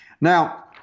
Now